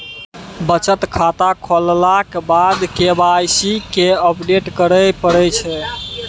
बचत खाता खोललाक बाद के वाइ सी केँ अपडेट करय परै छै